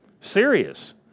Serious